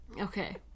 Okay